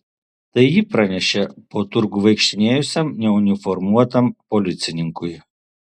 tai ji pranešė po turgų vaikštinėjusiam neuniformuotam policininkui